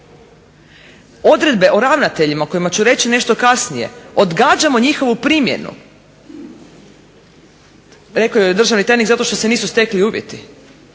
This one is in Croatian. Odredbe o ravnateljima o kojima ću reći nešto kasnije odgađamo njegovu primjenu rekao je državni tajnik zato što se nisu stekli uvjeti.